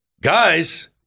guys